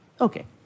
Okay